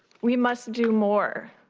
we must do more.